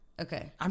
okay